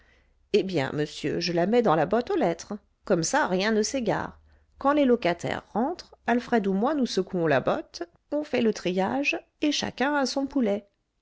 eh bien monsieur je la mets dans la botte aux lettres comme ça rien ne s'égare quand les locataires rentrent alfred ou moi nous secouons la botte on fait le triage et chacun a son poulet